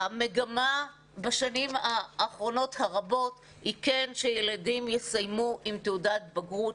המגמה בשנים האחרונות הרבות היא כן שילדים יסיימו עם תעודת בגרות,